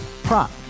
Prop